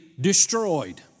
destroyed